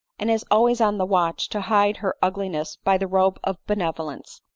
and is always on the watch to hide her ugliness by the robe of benevolence.